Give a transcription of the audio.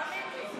תאמין לי.